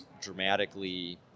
dramatically